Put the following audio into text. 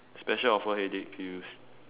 special offer headache pills